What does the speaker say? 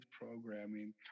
programming